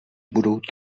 budou